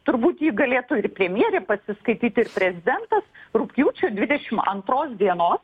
turbūt jį galėtų ir premjerė pasiskaityti ir prezidentas rugpjūčio dvidešimt antros dienos